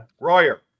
Royer